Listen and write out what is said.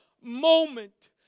moment